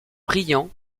brillant